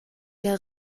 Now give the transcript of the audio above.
der